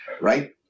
right